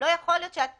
לא יכול להיות שאת תגידי,